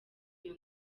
iyo